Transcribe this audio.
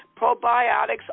Probiotics